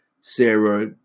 Sarah